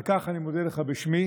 על כך אני מודה לך בשמי,